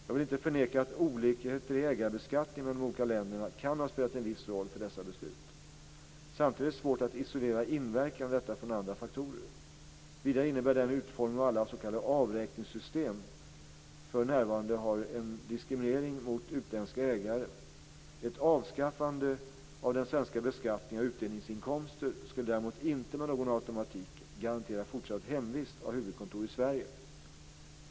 Jag vill inte förneka att olikheter i ägarbeskattningen mellan de olika länderna kan ha spelat en viss roll för dessa beslut. Samtidigt är det svårt att isolera inverkan av detta från andra faktorer. Vidare innebär den utformning som alla s.k. avräkningssystem för närvarande har en diskriminering mot utländska ägare. Ett avskaffande av den svenska beskattningen av utdelningsinkomster skulle därmed inte med någon automatik garantera fortsatt hemvist av huvudkontor i Sverige.